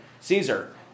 Caesar